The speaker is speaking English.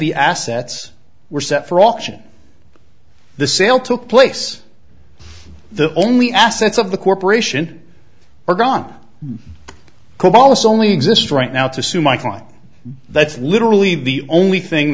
the assets were set for auction the sale took place the only assets of the corporation we're gone cobol us only exists right now to sue my client that's literally the only thing